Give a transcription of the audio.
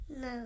No